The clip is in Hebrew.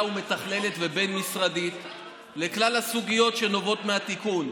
ומתכללת ובין-משרדית על כלל הסוגיות שנובעות מהתיקון.